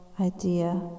idea